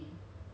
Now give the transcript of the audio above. ya